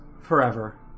forever